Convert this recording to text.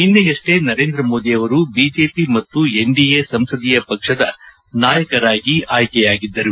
ನಿನ್ನೆಯಷ್ಷೇ ನರೇಂದ್ರ ಮೋದಿ ಅವರು ಬಿಜೆಪಿ ಮತ್ತು ಎನ್ಡಿಎ ಸಂಸದಿಯ ಪಕ್ಷದ ನಾಯಕರಾಗಿ ಆಯ್ಕೆಯಾಗಿದ್ದರು